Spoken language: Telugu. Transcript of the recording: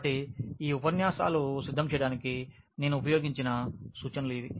కాబట్టి ఉపన్యాసాలు సిద్ధం చేయడానికి నేను ఉపయోగించిన సూచనలు ఇవి